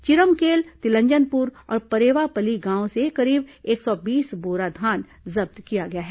चिरमकेल तिलंजनपुर और परेवापली गांव से करीब एक सौ बीस बोरा धान जब्त किया गया है